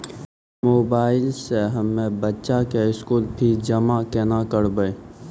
Mobile से हम्मय बच्चा के स्कूल फीस जमा केना करबै?